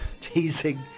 teasing